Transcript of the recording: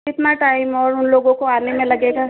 कितना टाइम और उन लोगों को आने में लगेगा